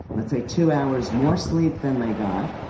let's say, two hours more sleep than they got,